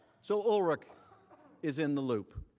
so ulrike is in the loop.